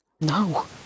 No